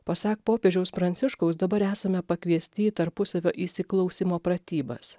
pasak popiežiaus pranciškaus dabar esame pakviesti į tarpusavio įsiklausymo pratybas